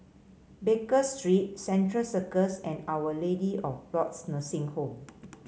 Baker Street Central Circus and Our Lady of Lourdes Nursing Home